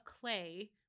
clay